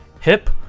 Hip